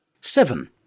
Seven